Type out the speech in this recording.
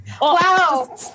Wow